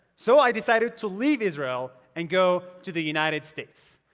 so i decided to leave israel and go to the united states.